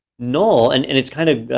null and and it's kind of